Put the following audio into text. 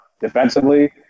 defensively